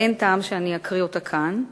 ואין טעם שאני אקרא אותה כאן.